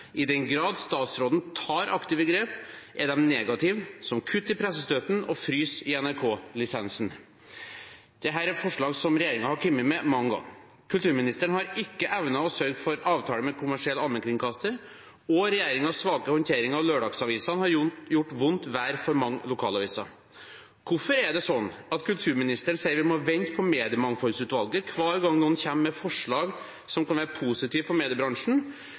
I den grad statsråden tar aktive grep, er de negative som kutt i pressestøtten og frys i NRK-lisensen.» Dette er forslag som regjeringen har kommet med mange ganger. Kulturministeren har ikke evnet å sørge for avtale med kommersiell allmennkringkaster, og regjeringens svake håndtering av lørdagsavisene har gjort vondt verre for mange lokalaviser. Hvorfor er det sånn at kulturministeren sier at vi må vente på Mediemangfoldsutvalget hver gang noen kommer med forslag som kan være positive for mediebransjen,